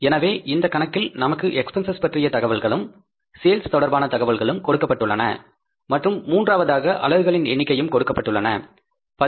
எனவே இந்த கணக்கில் நமக்கு எக்ஸ்பென்ஸஸ் பற்றிய தகவல்களும் சேல்ஸ் தொடர்பான தகவல்களும் கொடுக்கப்பட்டுள்ளன மற்றும் மூன்றாவதாக அலகுகளின் எண்ணிக்கையும் கொடுக்கப்பட்டுள்ளன